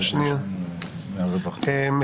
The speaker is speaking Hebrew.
אני